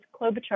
Klobuchar